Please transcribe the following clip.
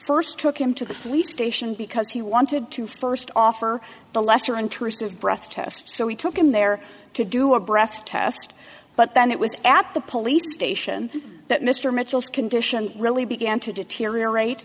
first took him to the police station because he wanted to first offer the lesser interest of breath test so we took him there to do a breath test but then it was at the police station that mr mitchell's condition really began to deteriorate